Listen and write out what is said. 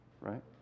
right